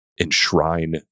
enshrine